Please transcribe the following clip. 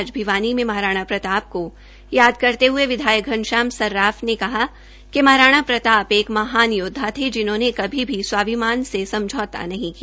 आज भिवानी में महाराणा को याद करते हए विधायक घनश्याम सर्राफ ने कहा कि महाराणा प्रताप एक महान योद्धा थे जिन्होंने कभी भी स्वाभिमान से समझौता नहीं किया